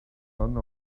none